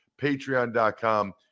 patreon.com